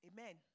Amen